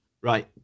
right